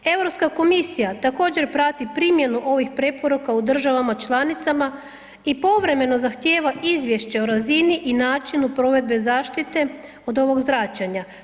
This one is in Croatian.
Europska komisija također prati primjenu ovih preporuka u državama članicama i povremeno zahtjeva izvješće o razini i načinu provedbe zaštite od ovog zračenja.